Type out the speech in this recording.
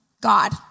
God